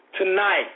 tonight